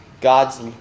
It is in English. God's